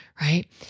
right